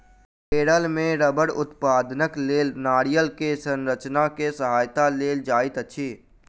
केरल मे रबड़ उत्पादनक लेल नारियल के संरचना के सहायता लेल जाइत अछि